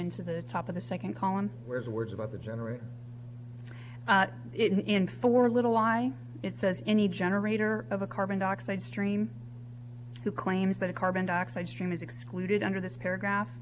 into the top of the second column was words about the generator in for a little lie it says any generator of a carbon dioxide stream who claims that a carbon dioxide stream is excluded under this paragraph